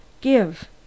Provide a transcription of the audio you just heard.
Give